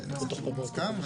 זה נוסח שהוא מוסכם.